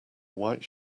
white